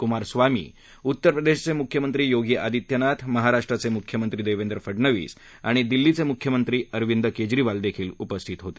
कुमार स्वामी उत्तर प्रदेशचे मुख्यमंत्री योगी आदित्यनाथ महाराष्ट्रचे मुख्यमंत्री देवेंद्र फडणवीस आणि दिल्लीचे मुख्यमंत्री अरविंद केजरीवाल उपस्थित होते